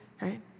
right